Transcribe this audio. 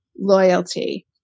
loyalty